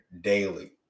daily